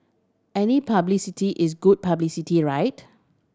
any publicity is good publicity right